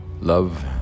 Love